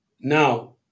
Now